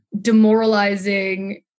demoralizing